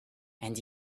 and